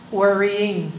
worrying